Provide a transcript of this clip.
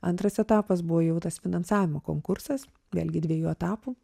antras etapas buvo jau tas finansavimo konkursas vėlgi dviejų etapų